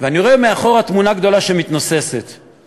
ואני רואה תמונה גדולה שמתנוססת מאחור.